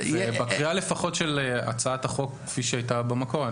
בקריאה לפחות של הצעת החוק כפי שהייתה במקור,